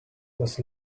was